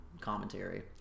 commentary